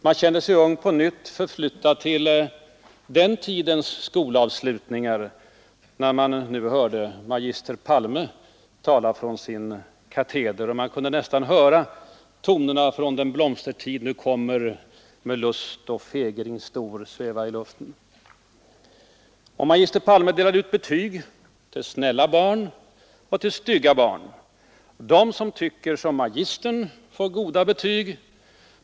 Man kände sig ung på nytt, förflyttad till den tidens skolavslutningar, när man nu hörde magister Palme tala från sin kateder, och man kunde nästan höra tonerna från ”Den blomstertid nu kommer med lust och fägring stor” sväva i luften. Magister Palme delade ut betyg till snälla barn och till stygga barn. De som tycker som magistern får goda betyg.